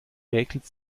räkelt